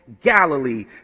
Galilee